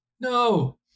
No